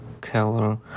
color